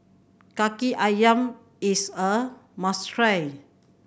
Kaki Ayam is a must try